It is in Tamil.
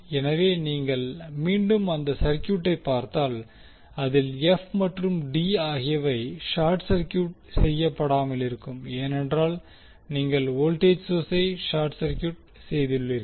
எனவே நீங்கள் மீண்டும் அந்த சர்கியூட்டை பார்த்தால் அதில் f மற்றும் d ஆகியவை ஷார்ட் சர்கியூட் செய்ய படாமலிருக்கும் ஏனென்றால் நீங்கள் வோல்டேஜ் சோர்ஸை ஷார்ட் சர்க்யூட் செய்துள்ளீர்கள்